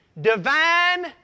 divine